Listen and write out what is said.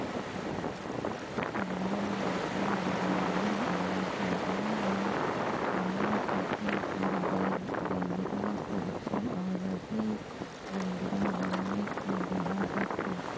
परधानमंतरी गरामीन आवास योजना में बनल सूते कर बइंगरा, परछी अउ रसई बइंगरा बनाए के देहल जाथे